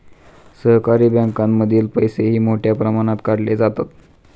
सहकारी बँकांमधील पैसेही मोठ्या प्रमाणात काढले जातात